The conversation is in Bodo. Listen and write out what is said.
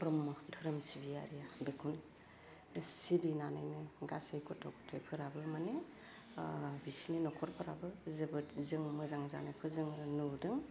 ब्रह्म धोरोम सिबियारिया बेखौनो सिबिनानैनो गासै गथ' ग'थाइफोराबो माने ओह बिसिनि नखरफोराबो जोबोद जों मोजां जानायखौ जों नुदों